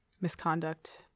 misconduct